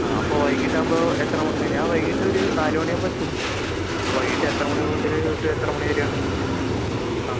ആ അപ്പോൾ വൈകീട്ട് ആവുമ്പോൾ എത്ര ഞാൻ വൈകീട്ട് ഒരു നാല് മണിയാവുമ്പോൾ എത്തും അപ്പോൾ വൈകീട്ട് എത്ര മണി മുതൽ എത്ര മണിവരെയാണ് ആ